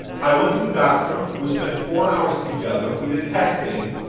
i went to a doctor. we spent four hours together. we did testing.